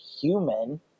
human